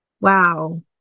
wow